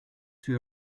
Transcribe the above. two